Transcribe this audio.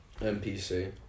NPC